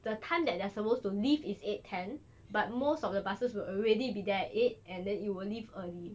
the time that they're supposed to leave is eight ten but most of the buses will already be there at eight and then you will leave early